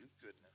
goodness